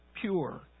pure